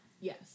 Yes